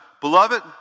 Beloved